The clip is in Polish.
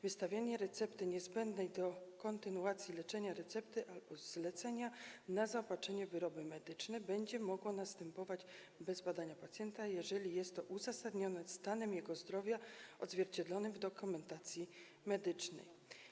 Wystawienie recepty niezbędnej do kontynuacji leczenia, recepty albo zlecenia na zaopatrzenie w wyroby medyczne będzie mogło następować bez zbadania pacjenta, jeżeli jest to uzasadnione jego stanem zdrowia odzwierciedlonym w dokumentacji medycznej.